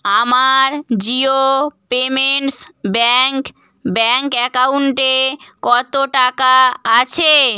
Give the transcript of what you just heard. আমার Jio payments bank bank অ্যাকাউন্টে কতো টাকা আছে